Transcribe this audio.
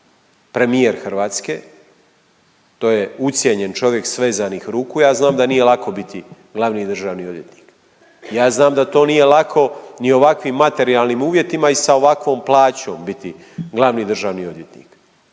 premijer Hrvatske, to je ucijenjen čovjek svezanih ruku, ja znam da nije lako biti Glavni državni odvjetnik. Ja znam da to nije lako ni u ovakvim materijalnim uvjetima i sa ovakvom plaćom biti Glavni državni odvjetnik.